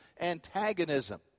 antagonism